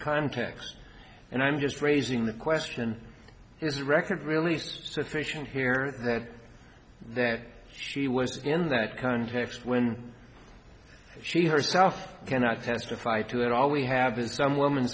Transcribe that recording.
context and i'm just raising the question his record released sufficient here that that she was in that context when she herself cannot testify to it all we have been some woman